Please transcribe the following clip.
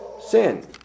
sin